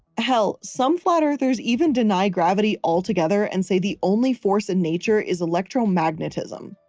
hell, some flat-earthers even deny gravity altogether and say the only force in nature is electromagnetism.